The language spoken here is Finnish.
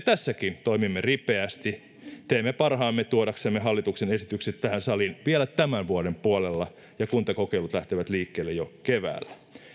tässäkin toimimme ripeästi teemme parhaamme tuodaksemme hallituksen esitykset tähän saliin vielä tämän vuoden puolella ja kuntakokeilut lähtevät liikkeelle jo keväällä